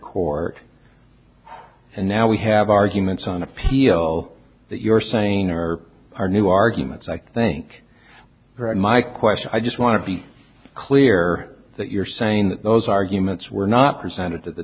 court and now we have arguments on appeal that you're saying are our new arguments i think my question i just want to be clear that you're saying that those arguments were not presented to the